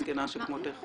מסכנה שכמותך?